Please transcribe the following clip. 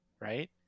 right